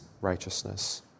righteousness